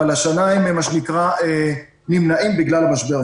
אבל השנה הם נמנעים בגלל המשבר.